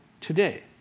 today